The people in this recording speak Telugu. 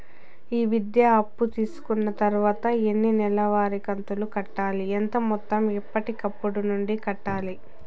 ఈ విద్యా అప్పు తీసుకున్న తర్వాత ఎన్ని నెలవారి కంతులు కట్టాలి? ఎంత మొత్తం ఎప్పటికప్పుడు నుండి కట్టాలి?